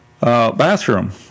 bathroom